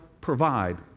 provide